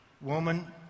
woman